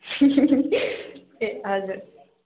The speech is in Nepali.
ए हजुर